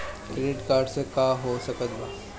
Credit card से का हो सकइत बा?